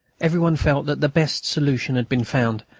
everyone felt that the best solution had been found,